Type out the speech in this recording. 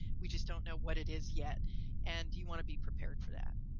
we just don't know what it is yet and you want to be prepared for that.